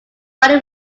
body